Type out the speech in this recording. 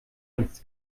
nichts